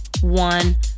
one